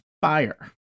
fire